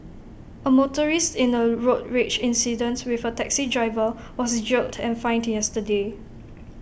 A motorist in A road rage incident with A taxi driver was jailed and fined yesterday